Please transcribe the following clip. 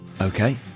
okay